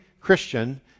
Christian